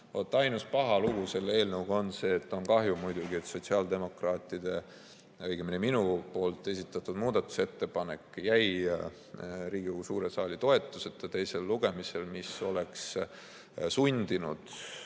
ainus paha lugu selle eelnõuga on see ja on kahju, et sotsiaaldemokraatide, õigemini minu esitatud muudatusettepanek jäi Riigikogu suure saali toetuseta teisel lugemisel. See oleks sundinud